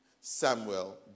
Samuel